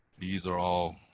these are all.